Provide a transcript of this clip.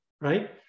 right